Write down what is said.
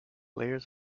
layers